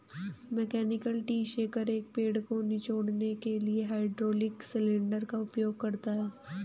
mechanical tree shaker, एक पेड़ को निचोड़ने के लिए हाइड्रोलिक सिलेंडर का उपयोग करता है